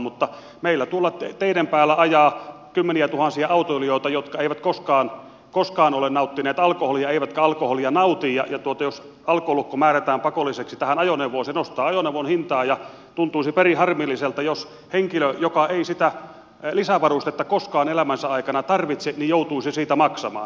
mutta meillä tuolla teiden päällä ajaa kymmeniätuhansia autoilijoita jotka eivät koskaan ole nauttineet alkoholia eivätkä alkoholia nauti ja jos alkolukko määrätään pakolliseksi tähän ajoneuvoon se nostaa ajoneuvon hintaa ja tuntuisi perin harmilliselta jos henkilö joka ei sitä lisävarustetta koskaan elämänsä aikana tarvitse joutuisi siitä maksamaan